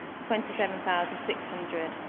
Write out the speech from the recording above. twenty seven thousand six hundred,